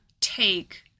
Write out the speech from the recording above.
take